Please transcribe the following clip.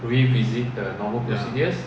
ya